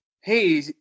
Hey